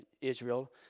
Israel